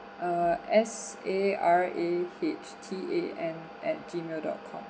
uh S A R A H T A N at gmail dot com